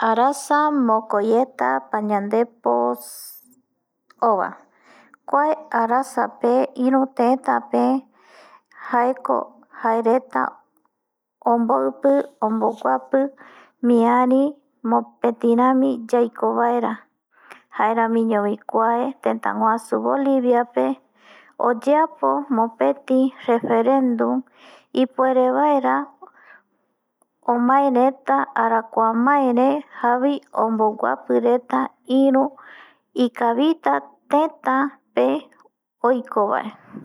Arasa mokoieta pañandepo ova kua arasa pe iruteta pe jaereta ombopi omboguapi miari mopeti rami yaiko vaera jaeramiño vi kua teta guasu pe oyeapo mopeti referendum ipuere vaera omae jare omboguapi reta iru ikavita teta pe oiko va